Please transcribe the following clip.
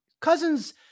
cousins